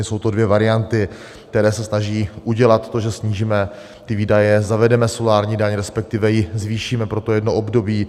Jsou to dvě varianty, které se snaží udělat to, že snížíme výdaje, zavedeme solární daň, respektive ji zvýšíme, pro to jedno období.